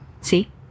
See